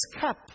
cup